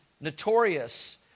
notorious